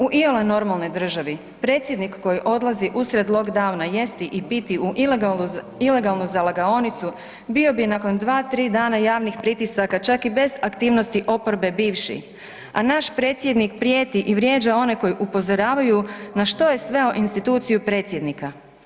U iole normalnoj državi predsjednik koji odlazi usred lockdowna jesti i piti u ilegalnu zalagaonicu bio bi nakon dva, tri javnih pritisaka, čak i bez aktivnosti oporbe bivši, a naš predsjednik prijeti i vrijeđa one koji upozoravaju na što je sveo instituciju predsjednika.